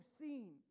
seen